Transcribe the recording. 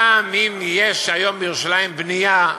גם אם יש היום בירושלים בנייה,